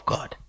God